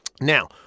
Now